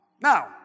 Now